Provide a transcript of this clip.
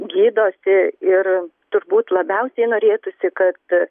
gydosi ir turbūt labiausiai norėtųsi kad